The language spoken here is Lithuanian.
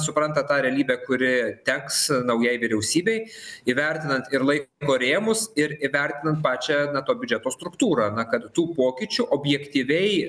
supranta tą realybę kuri teks naujai vyriausybei įvertinant ir laiko rėmus ir įvertinant pačią na to biudžeto struktūrą na kad tų pokyčių objektyviai